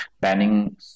banning